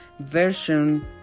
version